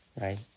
right